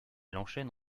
enchaîne